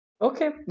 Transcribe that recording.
okay